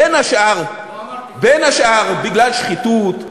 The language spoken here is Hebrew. בין השאר בגלל שחיתות,